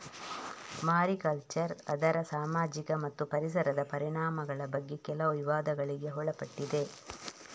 mariculture ಅದರ ಸಾಮಾಜಿಕ ಮತ್ತು ಪರಿಸರದ ಪರಿಣಾಮಗಳ ಬಗ್ಗೆ ಕೆಲವು ವಿವಾದಗಳಿಗೆ ಒಳಪಟ್ಟಿದೆ